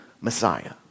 Messiah